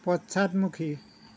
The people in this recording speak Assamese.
পশ্চাদমুখী